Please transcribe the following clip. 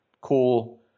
cool